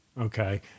Okay